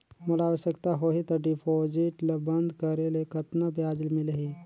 मोला आवश्यकता होही त डिपॉजिट ल बंद करे ले कतना ब्याज मिलही?